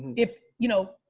if you know,